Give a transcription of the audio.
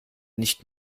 nicht